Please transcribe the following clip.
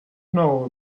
know